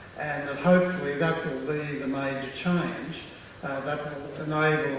ah hopefully that will be the major change that and